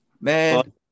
man